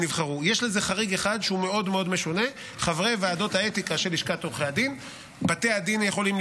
אני מזמין את חבר הכנסת שמחה רוטמן להציג את